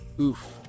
oof